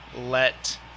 let